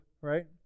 right